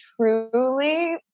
truly